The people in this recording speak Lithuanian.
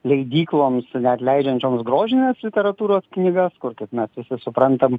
leidykloms net leidžiančioms grožinės literatūros knygas kur kaip mes visi suprantam